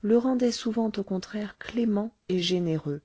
le rendaient souvent au contraire clément et généreux